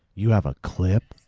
you have a clip?